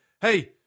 Hey